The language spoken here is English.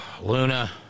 Luna